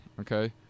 okay